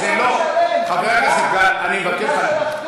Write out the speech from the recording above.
חבר הכנסת גל, אני מבקש ממך.